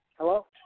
Hello